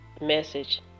message